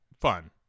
fun